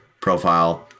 profile